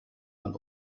man